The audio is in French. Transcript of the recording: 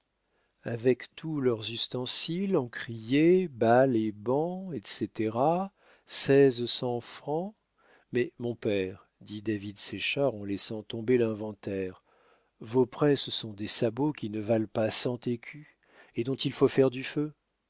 avec tous leurs ustensiles encriers balles et bancs etc seize cents francs mais mon père dit david séchard en laissant tomber l'inventaire vos presses sont des sabots qui ne valent pas cent écus et dont il faut faire du feu